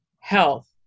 health